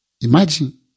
imagine